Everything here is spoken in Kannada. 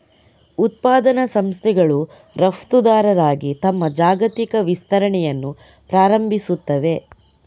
ಉತ್ಪಾದನಾ ಸಂಸ್ಥೆಗಳು ರಫ್ತುದಾರರಾಗಿ ತಮ್ಮ ಜಾಗತಿಕ ವಿಸ್ತರಣೆಯನ್ನು ಪ್ರಾರಂಭಿಸುತ್ತವೆ